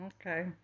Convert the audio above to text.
okay